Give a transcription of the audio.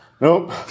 nope